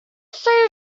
see